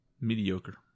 Mediocre